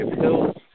Hills